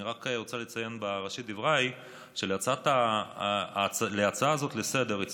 אני רק רוצה לציין בראשית דבריי שלהצעה לסדר-היום הזאת